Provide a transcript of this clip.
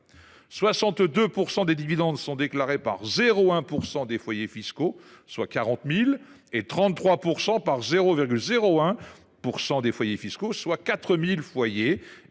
62 % des dividendes sont déclarés par 0,1 % des foyers fiscaux, soit 40 000 foyers, et 33 % par 0,01 % des foyers fiscaux, soit 4 000 d’entre